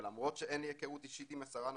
ולמרות שאין לי הכרות אישית עם השרה הנוכחית,